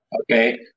Okay